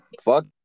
Fuck